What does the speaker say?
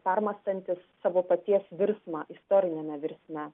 permąstantis savo paties virsmą istoriniame virsme